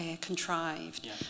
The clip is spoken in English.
contrived